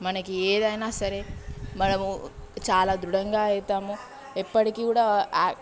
మనకి ఏదైనా సరే మనము చాలా దృఢంగా అవుతాము ఎప్పటికీ కూడా